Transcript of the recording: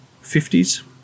50s